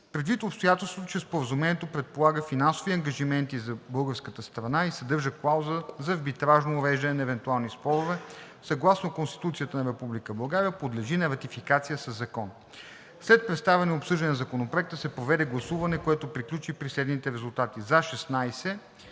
Предвид обстоятелството, че Споразумението предполага финансови ангажименти за българската страна и съдържа клауза за арбитражно уреждане на евентуални спорове съгласно Конституцията на Република България подлежи на ратифициране със закон. След представяне и обсъждане на Законопроекта се проведе гласуване, което приключи при следните резултати: за 16,